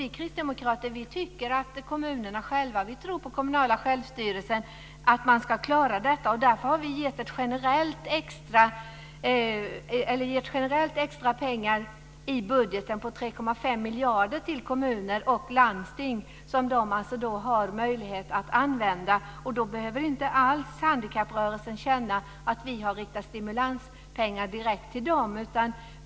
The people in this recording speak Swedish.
Vi kristdemokraterna tror på det kommunala självstyret och att man ska klara detta. Därför har vi givit extra pengar generellt i budgeten, 3,5 miljarder kronor, till kommuner och landsting. Dessa pengar ska de ha möjlighet att använda, och då behöver inte alls handikapprörelsen känna att vi har riktat stimulanspengar direkt till dem.